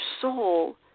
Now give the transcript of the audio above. soul